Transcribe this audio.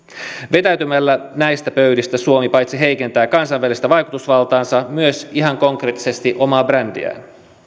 vetäytymällä näistä pöydistä suomi heikentää paitsi kansainvälistä vaikutusvaltaansa myös ihan konkreettisesti omaa brändiään